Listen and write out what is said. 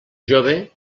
jove